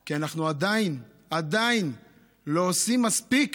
כי אנחנו עדיין לא עושים מספיק